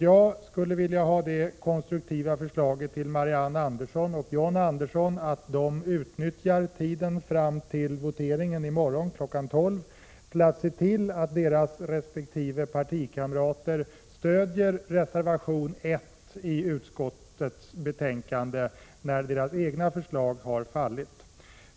Jag skulle vilja ge Marianne Andersson och John Andersson det konstruktiva förslaget att utnyttja tiden fram till voteringen i morgon kl. 12.00 till att se till att deras resp. partikamrater stöder reservation 1 i utskottets betänkande, när deras egna förslag har fallit.